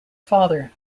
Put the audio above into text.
father